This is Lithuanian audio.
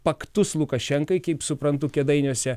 paktus lukašenkai kaip suprantu kėdainiuose